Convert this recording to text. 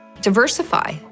Diversify